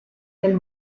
del